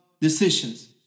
decisions